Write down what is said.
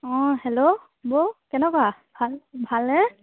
অঁ হেল্ল' বৌ কেনেকুৱা ভাল ভাল নে